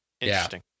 interesting